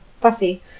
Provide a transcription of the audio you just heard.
fussy